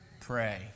pray